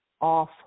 off